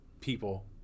people